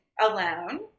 alone